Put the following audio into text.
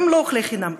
אתם לא אוכלי חינם,